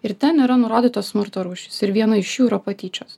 ir ten yra nurodytos smurto rūšys ir viena iš jų yra patyčios